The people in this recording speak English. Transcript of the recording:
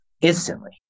instantly